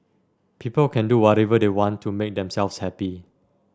people can do whatever they want to make themselves happy